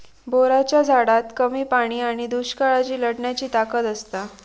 बोराच्या झाडात कमी पाणी आणि दुष्काळाशी लढण्याची ताकद असता